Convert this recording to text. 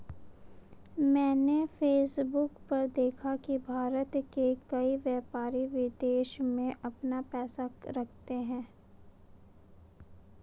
मैंने फेसबुक पर देखा की भारत के कई व्यापारी विदेश में अपना पैसा रखते हैं